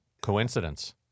Coincidence